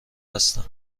هستم